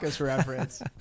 reference